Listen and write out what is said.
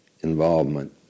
involvement